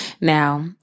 Now